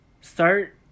start